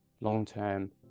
long-term